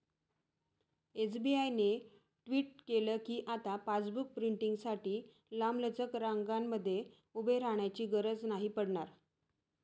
SBI ने tweet केल कीआता पासबुक प्रिंटींगसाठी लांबलचक रंगांमध्ये उभे राहण्याची गरज नाही पडणार